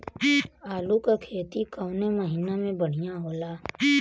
आलू क खेती कवने महीना में बढ़ियां होला?